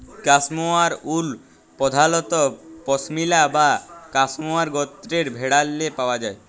cashmere wool পধালত পশমিলা বা ক্যাসমোয়ার গত্রের ভেড়াল্লে পাউয়া যায়